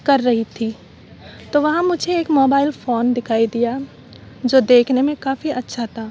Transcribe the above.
کر رہی تھی تو وہاں مجھے ایک موبائل فون دکھائی دیا جو دیکھنے میں کافی اچھا تھا